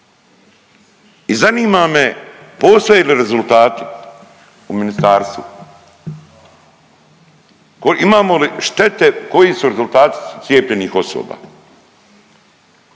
I zanima me postoje li rezultati u ministarstvu, imamo li štete koji su rezultati cijepljenih osoba?